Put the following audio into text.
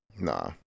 Nah